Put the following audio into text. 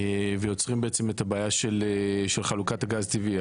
ויוצרים בעצם את הבעיה של חלוקת הגז הטבעי.